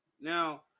Now